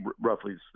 roughly